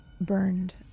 Burned